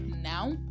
Now